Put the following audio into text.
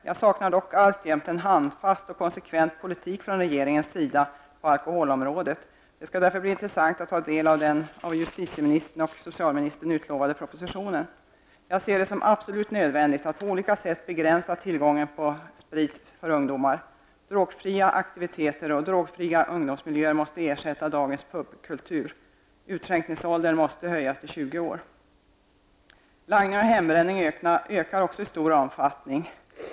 Jag saknar dock alltjämt en handfast och konsekvent politik från regeringens sida på alkoholområdet. Det skall därför bli intressant att ta del av den av justitieministern och socialministern utlovade propositionen. Jag ser det som absolut nödvändigt att på olika sätt begränsa tillgången på sprit för ungdomar. Drogfria aktiviteter och drogfria ungdomsmiljöer måste ersätta dagens pub-kultur. Även langningen och hembränningen ökar i stor omfattning.